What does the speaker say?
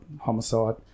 Homicide